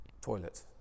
toilet